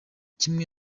kimwe